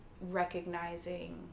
recognizing